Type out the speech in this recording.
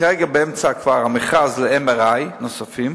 באמצע המכרז ל-MRI נוספים.